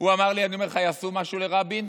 הוא אמר לי: אני אומר לך, יעשו משהו לרבין,